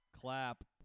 Clap